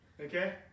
Okay